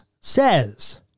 says